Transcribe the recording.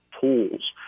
tools